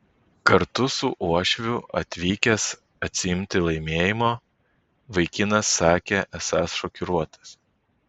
kartu su uošviu atvykęs atsiimti laimėjimo vaikinas sakė esąs šokiruotas